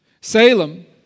Salem